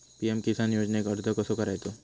PM किसान योजनेक अर्ज कसो करायचो?